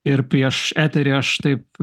ir prieš eterį aš taip